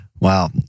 Wow